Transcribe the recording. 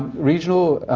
regional,